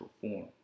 form